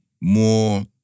More